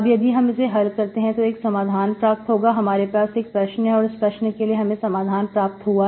अब यदि हम इसे हल करते हैं तो हमें एक समाधान प्राप्त होगा हमारे पास एक प्रश्न है और उस प्रश्न के लिए हमें समाधान प्राप्त हुआ